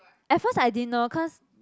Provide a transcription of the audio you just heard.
at first I didn't know cause